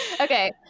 Okay